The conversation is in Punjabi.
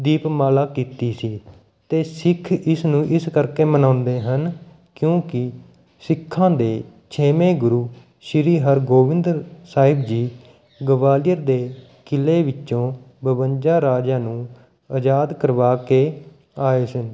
ਦੀਪਮਾਲਾ ਕੀਤੀ ਸੀ ਅਤੇ ਸਿੱਖ ਇਸਨੂੰ ਇਸ ਕਰਕੇ ਮਨਾਉਂਦੇ ਹਨ ਕਿਉੱਕਿ ਸਿੱਖਾਂ ਦੇ ਛੇਵੇਂ ਗੁਰੂ ਸ਼੍ਰੀ ਹਰਗੋਬਿੰਦ ਸਾਹਿਬ ਜੀ ਗਵਾਲੀਅਰ ਦੇ ਕਿਲ੍ਹੇ ਵਿੱਚੋਂ ਬਵੰਜਾ ਰਾਜਿਆਂ ਨੂੰ ਅਜ਼ਾਦ ਕਰਵਾਕੇ ਆਏ ਸਨ